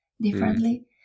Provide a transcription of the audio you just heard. differently